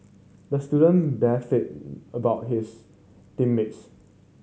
the student beefed about his team mates